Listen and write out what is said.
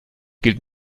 gilt